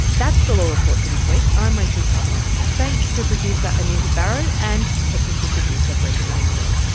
that's the law report for this week, i'm rachel carbonell. thanks to producer anita barraud and technical producer brendan o'neill.